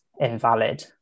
invalid